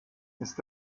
ist